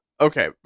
Okay